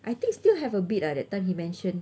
I think still have a bit ah that time he mentioned